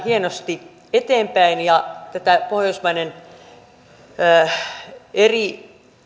hienosti eteenpäin ja tätä eri